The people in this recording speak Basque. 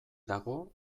dago